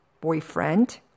boyfriend